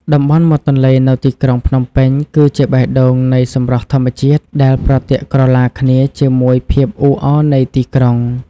តំបន់មាត់ទន្លេនៅទីក្រុងភ្នំពេញគឺជាបេះដូងនៃសម្រស់ធម្មជាតិ ដែលប្រទាក់ក្រឡាគ្នាជាមួយភាពអ៊ូអរនៃទីក្រុង។